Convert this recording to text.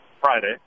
Friday